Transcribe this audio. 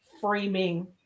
framing